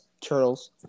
Turtles